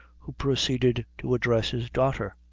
who proceeded to address his daughter.